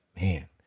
man